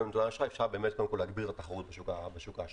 האשראי אפשר באמת קודם כל להגביר את התחרות בשוק האשראי,